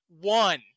one